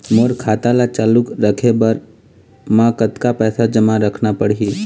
मोर खाता ला चालू रखे बर म कतका पैसा जमा रखना पड़ही?